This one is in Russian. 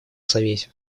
совете